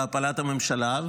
בהפלת הממשלה.